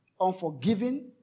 unforgiving